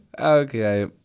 Okay